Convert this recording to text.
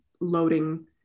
loading